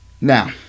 Now